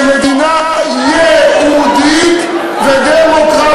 אם יש חוק, כמדינה יהודית ודמוקרטית.